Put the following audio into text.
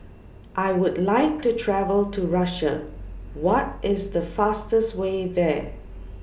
I Would like to travel to Russia What IS The fastest Way There